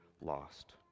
lost